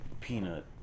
Peanut